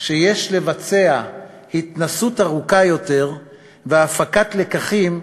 שיש לבצע התנסות ארוכה יותר והפקת לקחים,